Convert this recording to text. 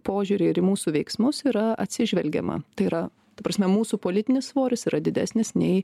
požiūrį ir į mūsų veiksmus yra atsižvelgiama tai yra ta prasme mūsų politinis svoris yra didesnis nei